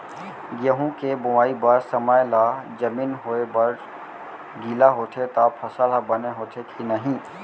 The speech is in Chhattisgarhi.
गेहूँ के बोआई बर समय ला जमीन होये बर गिला होथे त फसल ह बने होथे की नही?